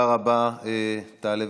תודה רבה.